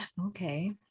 Okay